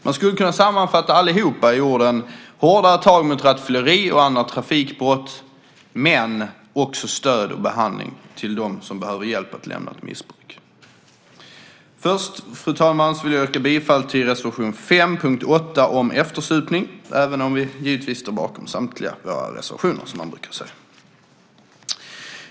Man skulle kunna sammanfatta allihop i orden hårdare tag mot rattfylleri och andra trafikbrott men också stöd och behandling till dem som behöver hjälp att lämna ett missbruk. Fru talman! Först vill jag yrka bifall till reservation 5 under punkt 8 om eftersupning, även om vi givetvis står bakom samtliga våra reservationer, som man brukar säga.